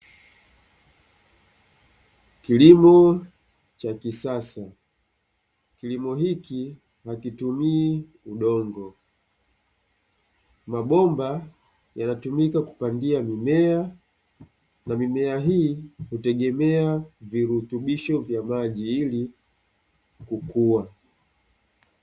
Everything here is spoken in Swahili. Kilimo cha kisasa, kilimo hiki hakitumii udongo mabomba yanatumika kupandia mimea, na mimea hii hutegemea vurugu vya maji ili kukua.